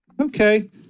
Okay